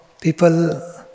people